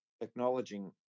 acknowledging